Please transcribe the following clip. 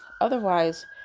Otherwise